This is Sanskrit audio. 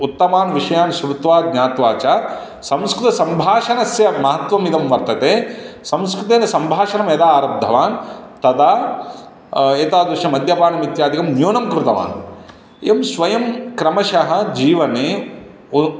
उत्तमान् विषयान् श्रुत्वा ज्ञात्वा च संस्कृतसंभाषणस्य महत्वमिदं वर्तते संस्कृतेन संभाषणं यदा आरब्धवान् तदा एतादृशमद्यपानम् इत्यादिकं न्यूनं कृतवान् एवं स्वयं क्रमशः जीवने उ